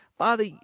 Father